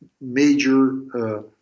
major